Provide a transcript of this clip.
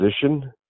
position